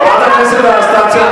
חברת הכנסת אנסטסיה,